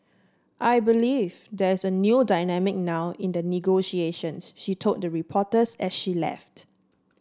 I believe there's a new dynamic now in the negotiations she told the reporters as she left